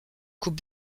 coupe